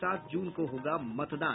सात जून को होगा मतदान